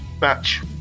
match